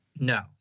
No